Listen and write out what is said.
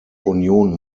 union